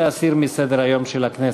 להסיר מסדר-היום של הכנסת.